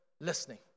listening